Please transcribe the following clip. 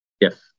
Yes